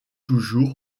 toujours